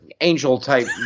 angel-type